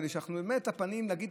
כדי שאנחנו באמת נכיר בתוך,